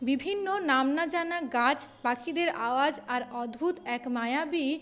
বিভিন্ন নাম না জানা গাছ পাখিদের আওয়াজ আর অদ্ভূত এক মায়াবী